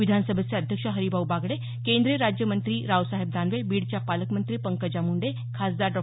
विधानसभेचे अध्यक्ष हरीभाऊ बागडे केंद्रीय राज्य मंत्री रावसाहेब दानवे बीडच्या पालकमंत्री पंकजा मुंडे खासदार डॉ